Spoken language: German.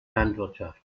landwirtschaft